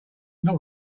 not